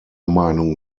meinung